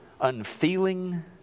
unfeeling